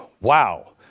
Wow